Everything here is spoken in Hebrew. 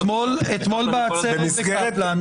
אתמול בעצרת בקפלן דיברה אישה חרדית